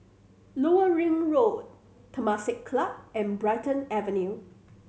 Lower Ring Road Temasek Club and Brighton Avenue